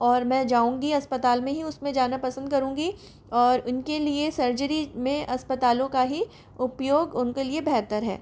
और मैं जाऊँगी अस्पताल में ही उसमें ही जाना पसंद करूँगी और उनके लिए सर्जरी में अस्पतालों का ही उपयोग उनके लिए बेहतर है